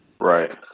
Right